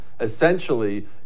essentially